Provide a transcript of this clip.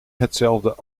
hetzelfde